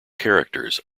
characters